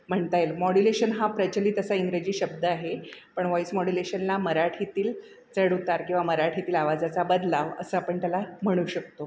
म्हणता येईल मॉडिलेशन हा प्रचलित असा इंग्रजी शब्द आहे पण वॉइस मॉड्युलेशनला मराठीतील चढ उतार किंवा मराठीतील आवाजाचा बदलाव असं आपण त्याला म्हणू शकतो